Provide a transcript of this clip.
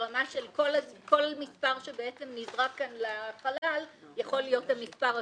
ברמה של כל מספר שבעצם נזרק כאן לחלל יכול להיות המספר הזוכה.